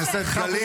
הכנסת גלית.